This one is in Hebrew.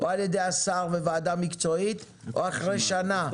או על ידי השר וועדה מקצועית או אחרי שנה.